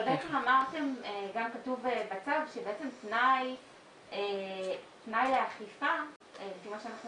גם כתוב בצו שבעצם תנאי לאכיפה לפי מה שאנחנו